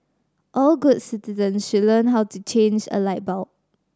all good citizens should learn how to change a light bulb